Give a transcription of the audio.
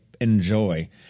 Enjoy